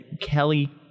kelly